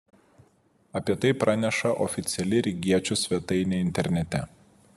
apie tai praneša oficiali rygiečių svetainė internete